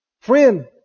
Friend